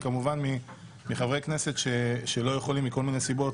וכמובן מחברי כנסת שלא יכולים מכל מיני סיבות